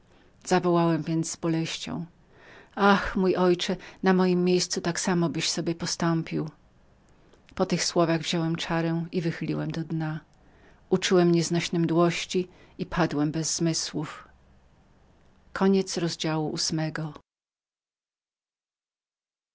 zawołałem więc z boleścią ach mój ojcze na mojem miejscu tak samo byś sobie postąpił po tych słowach wziąłem czarę i wychyliłem do dna uczułem nieznośne mdłości i padłem bez zmysłów